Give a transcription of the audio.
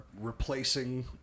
replacing